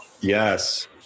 Yes